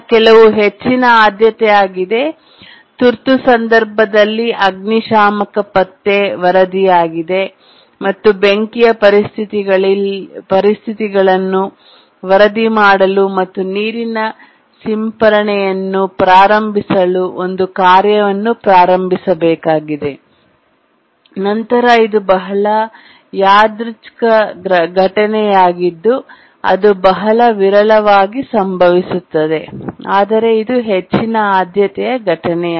ಕೆಲವು ಹೆಚ್ಚಿನ ಆದ್ಯತೆಯಾಗಿದೆ ತುರ್ತು ಸಂದರ್ಭದಲ್ಲಿ ಅಗ್ನಿಶಾಮಕ ಪತ್ತೆ ವರದಿಯಾಗಿದೆ ಮತ್ತು ಬೆಂಕಿಯ ಪರಿಸ್ಥಿತಿಗಳನ್ನು ವರದಿ ಮಾಡಲು ಮತ್ತು ನೀರಿನ ಸಿಂಪರಣೆಯನ್ನು ಪ್ರಾರಂಭಿಸಲು ಒಂದು ಕಾರ್ಯವನ್ನು ಪ್ರಾರಂಭಿಸಬೇಕಾಗಿದೆ ನಂತರ ಇದು ಬಹಳ ಯಾದೃಚ್ ಕ ಘಟನೆಯಾಗಿದ್ದು ಅದು ಬಹಳ ವಿರಳವಾಗಿ ಸಂಭವಿಸುತ್ತದೆ ಆದರೆ ಇದು ಹೆಚ್ಚಿನ ಆದ್ಯತೆಯ ಘಟನೆಯಾಗಿದೆ